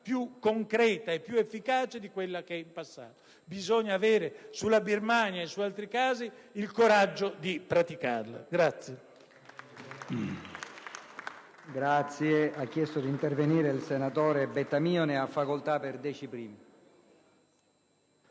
più concreta e più efficace rispetto al passato. Bisogna avere sulla Birmania e su altri casi il coraggio di praticarla.